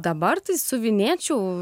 dabar tai siuvinėčiau